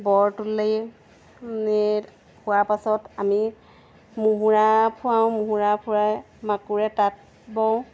বৰ তুলি হোৱাৰ পাছত আমি মুহুৰা ফুৰাওঁ মুহুৰা ফুৰাই মাকোৰে তাঁত বওঁ